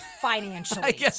financially